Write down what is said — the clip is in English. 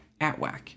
ATWAC